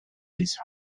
these